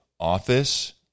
Office